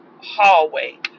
hallway